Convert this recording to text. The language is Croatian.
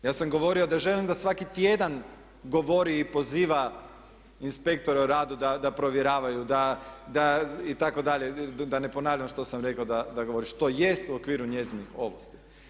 Ja sam govorio da želim da svaki tjedan govori i poziva inspektor o radu da provjeravaju da itd. da ne ponavljam što sam rekao da govori, što jest u okviru njezinih ovlasti.